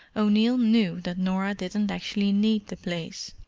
o'neill knew that norah didn't actually need the place,